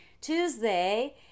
tuesday